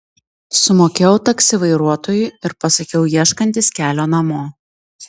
sumokėjau taksi vairuotojui ir pasakiau ieškantis kelio namo